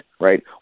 right